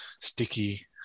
sticky